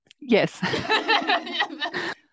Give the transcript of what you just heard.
Yes